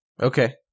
Okay